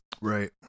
right